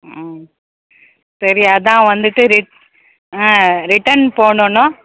ம் சரி அதான் வந்துவிட்டு ரிட் ஆ ரிட்டர்ன் போடணுன்னு